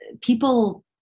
people